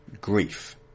grief